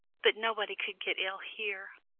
but nobody could get ill here.